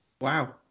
Wow